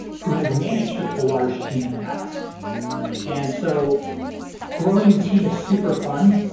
who has managed a large team in the past and so growing the team is super fun,